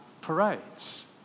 parades